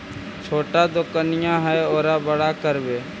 छोटा दोकनिया है ओरा बड़ा करवै?